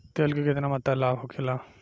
तेल के केतना मात्रा लाभ होखेला?